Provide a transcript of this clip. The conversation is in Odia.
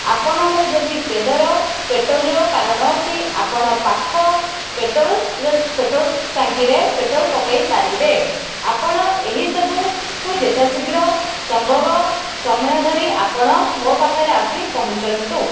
ଆପଣଙ୍କର ଯଦି ତେଲର ପେଟ୍ରୋଲର କାରଣ ଅଛି ଆପଣ ପାଖ ପେଟ୍ରୋଲର ପେଟ୍ରୋଲ ଟାଙ୍କିରେ ପେଟ୍ରୋଲ ପକାଇ ପାରିବେ ଆପଣ ଏହି ସବୁକୁ ଯେତେ ଶୀଘ୍ର ସମ୍ଭବ ସମୟ ଧରି ଆପଣ ମୋ ପାଖରେ ଆସି ପହଞ୍ଚନ୍ତୁ